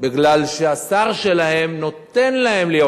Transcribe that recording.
לא השר בעצמו, אנשיו.